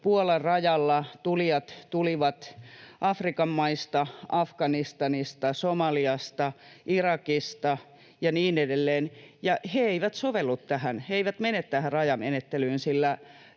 Puolan rajalla tulijat tulivat Afrikan maista, Afganistanista, Somaliasta, Irakista ja niin edelleen. He eivät sovellu tähän, he eivät mene tähän rajamenettelyyn,